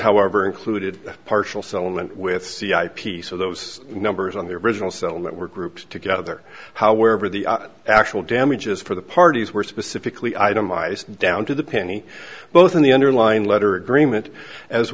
however included a partial settlement with c i piece of those numbers on the original settlement were grouped together however the actual damages for the parties were specifically itemized down to the penny both in the underlying letter agreement as